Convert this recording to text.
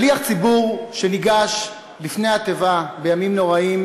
שליח ציבור שניגש לפני התיבה בימים נוראים